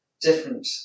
different